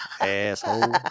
Asshole